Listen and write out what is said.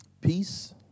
Peace